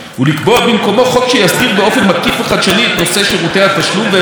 חוק שיסדיר באופן מקיף וחדשני את נושא שירותי התשלום ואמצעי התשלום,